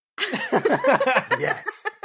Yes